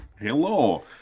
Hello